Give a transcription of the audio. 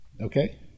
Okay